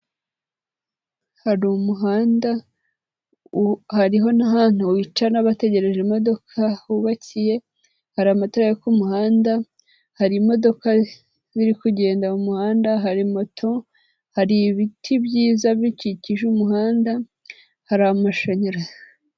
Hari umuhanda, hariho n'ahantu wicara bategereje imodoka hubakiye, hari amatara yo ku muhanda, hari imodoka ziri kugenda mu muhanda, hari moto, hari ibiti byiza bikikije umuhanda, hari amashanyarazi.